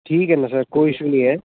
ठीक है ना सर कोई इशू नहीं है